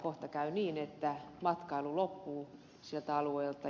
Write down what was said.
kohta käy niin että matkailu loppuu sieltä alueelta